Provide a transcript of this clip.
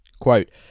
Quote